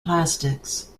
plastics